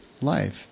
life